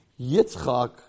Yitzchak